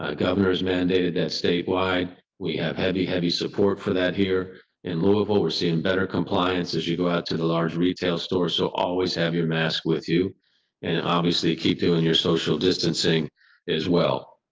ah governors mandated that statewide, we have heavy, heavy support for that. here in louisville. we're seeing better compliance as you go out to the large retail store. so always have your mask with you and obviously keep doing your social distancing as well.